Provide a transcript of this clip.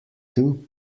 two